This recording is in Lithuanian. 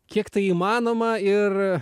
kiek tai įmanoma ir